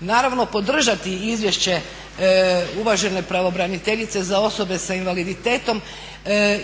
naravno podržati izvješće uvažene pravobraniteljice za osobe s invaliditetom